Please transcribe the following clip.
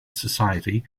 society